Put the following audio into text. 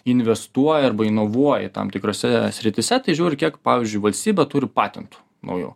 investuoja arba inovuoja į tam tikrose srityse tai žiūri kiek pavyzdžiui valstybė turi patentų naujų